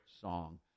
song